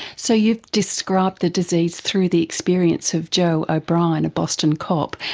so you've described the disease through the experience of joe o'brien, a boston cop.